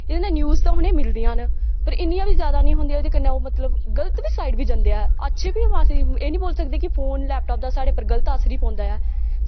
एह्दै नै न्यूज़ ता उनें मिलदियां न पर इन्नियां बी जादा नी होंदियां जेह्दे कन्नै ओह् गल्त साइड बी जंदे ऐ अच्छी बी अस एह् नी बोल्ली सकदे की फोन लैपटाप दा साढ़े पर गल्त असर ई पौंदा ऐ